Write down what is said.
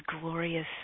glorious